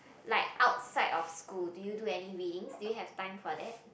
like outside of school do you do any readings do you have time for that